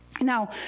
Now